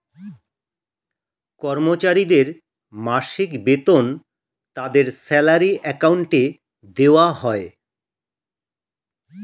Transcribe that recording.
কর্মচারীদের মাসিক বেতন তাদের স্যালারি অ্যাকাউন্টে দেওয়া হয়